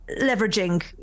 leveraging